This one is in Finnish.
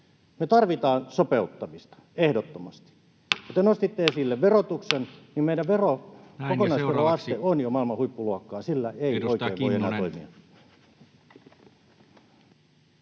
Me tarvitaan sopeuttamista, ehdottomasti. Kun te nostitte esille verotuksen, niin meidän kokonaisveroaste on jo maailman huippuluokkaa. Sillä ei oikein voi enää toimia.